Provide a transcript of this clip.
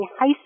High